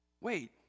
Wait